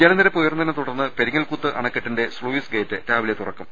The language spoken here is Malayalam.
ജലനിരപ്പ് ഉയർന്നതിനെ തുടർന്ന് പെരിങ്ങൽകുത്ത് അണക്കെട്ടിന്റെ സ്ലൂയിസ് ഗേറ്റ് രാവിലെ തുറക്കും